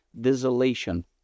desolation